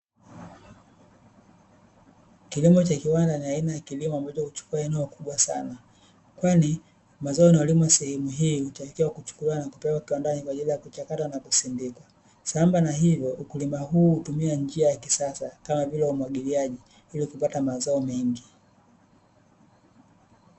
Kilimo cha kiwanda ni aina ya kilimo ambacho huchukua eneo kubwa sana, kwani mazao yanayolimwa sehemu hii huchukuliwa na kupelekwa viwandani kwa ajili ya kuchakatwa na kusindikwa. Sambamba na hilo ukulima huu hutumia njia ya kisasa kama vile umwagiliaji Ili kupata mazao mengi.